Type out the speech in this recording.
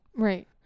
Right